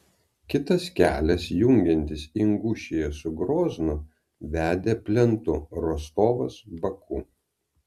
kitas kelias jungiantis ingušiją su groznu vedė plentu rostovas baku